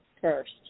first